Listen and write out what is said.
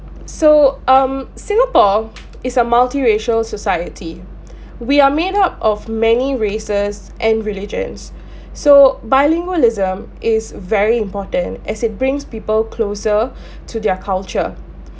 so um singapore is a multi racial society we are made up of many races and religions so bilingualism is very important as it brings people closer to their culture